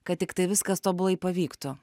kad tiktai viskas tobulai pavyktų